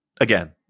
Again